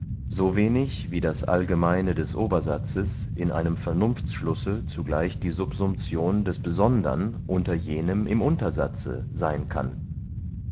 so wenig wie das allgemeine des obersatzes in einem vernunftschlusse zugleich die subsumtion des besondern unter jenem im untersatze seyn kann